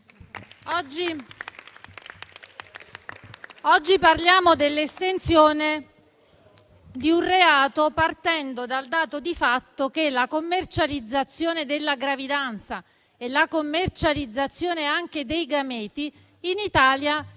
Oggi parliamo dell'estensione di un reato, partendo dal dato di fatto che la commercializzazione della gravidanza e la commercializzazione dei gameti in Italia